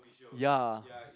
ya